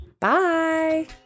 bye